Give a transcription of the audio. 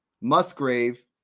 Musgrave